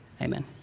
amen